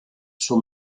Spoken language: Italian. suo